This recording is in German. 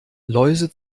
läuse